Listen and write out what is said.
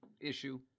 issue